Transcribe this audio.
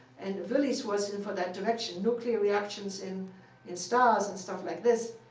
and willy's was for that direction, nuclear reactions in in stars and stuff like this,